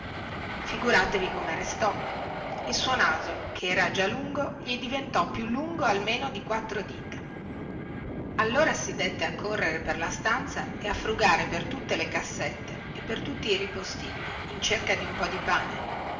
figuratevi come restò il suo naso che era già lungo gli diventò più lungo almeno quattro dita allora si dette a correre per la stanza e a frugare per tutte le cassette e per tutti i ripostigli in cerca di un po di pane